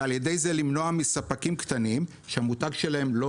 ועל ידי זה למנוע מספקים קטנים שהמותג שלהם לא